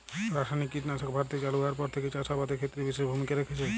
রাসায়নিক কীটনাশক ভারতে চালু হওয়ার পর থেকেই চাষ আবাদের ক্ষেত্রে বিশেষ ভূমিকা রেখেছে